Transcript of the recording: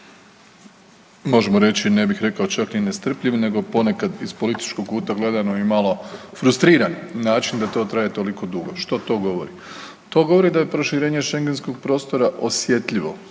možemo reći ne bih rekao čak ni nestrpljiv nego ponekad iz političkog kuta gledano i malo frustriran način da to traje toliko dugo. Što to govori? To govori da je proširenje šengenskog prostora osjetljivo